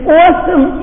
awesome